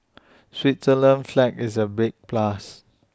Switzerland's flag is A big plus